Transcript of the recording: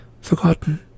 forgotten